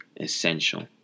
essential